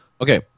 Okay